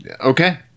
okay